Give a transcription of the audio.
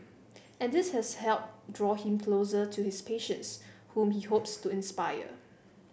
and this has helped draw him closer to his patients whom he hopes to inspire